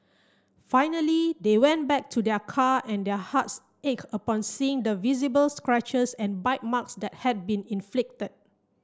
finally they went back to their car and their hearts ached upon seeing the visible scratches and bite marks that had been inflicted